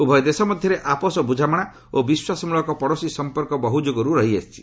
ଉଭୟ ଦେଶ ମଧ୍ୟରେ ଆପୋଷ ବୁଝାମଣା ଓ ବିଶ୍ୱାସମଳକ ପଡ଼ୋଶୀ ସମ୍ପର୍କ ବହୁ ଯୁଗରୁ ରହିଆସିଛି